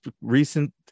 recent